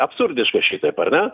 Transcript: absurdiška šitaip ar ne